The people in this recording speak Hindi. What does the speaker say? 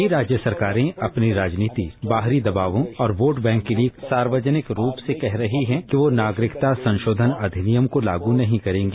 कई राज्य सरकारें अपनी राजनीति बाहरी दबावों और वोट बैंक के लिए सार्वजनिक रूप से कह रहे हैं कि वो नागरिकता संशोधन अधिनियम को लागू नहीं करेंगी